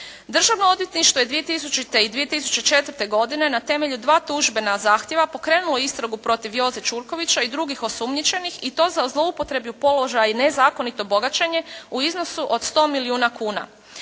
Državno odvjetništvo je 2000. i 2004. godine na temelju dva tužbena zahtjeva pokrenulo istragu protiv Joze Ćurkovića i drugih osumnjičenih i to za zloupotrebu položaja i nezakonito bogaćenje u iznosu od 100 milijuna kuna.